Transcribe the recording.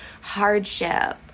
hardship